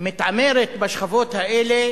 מתעמרת בשכבות האלה